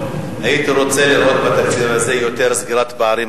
הייתי רוצה לראות בתקציב הזה יותר סגירת פערים,